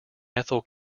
ethel